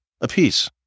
apiece